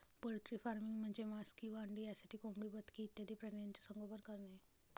poultry farming म्हणजे मांस किंवा अंडी यासाठी कोंबडी, बदके इत्यादी प्राण्यांचे संगोपन करणे